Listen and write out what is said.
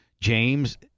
James